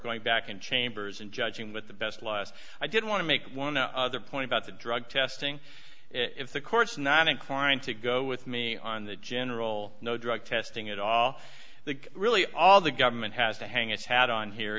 going back in chambers and judging with the best last i didn't want to make one other point about the drug testing if the court's not inclined to go with me on the general no drug testing at all that really all the government has to hang its hat on here